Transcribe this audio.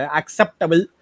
acceptable